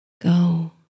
Go